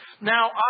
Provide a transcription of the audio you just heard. Now